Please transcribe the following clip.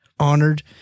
honored